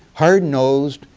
hard-nosed,